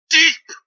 deep